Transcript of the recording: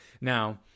Now